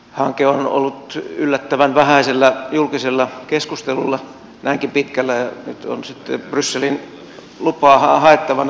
hanke on ollut yllättävän vähäisellä julkisella keskustelulla näinkin pitkälle ja nyt on sitten brysselin lupa haettavana